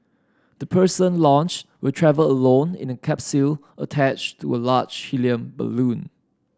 the person launched will travel alone in a capsule attached to a large helium balloon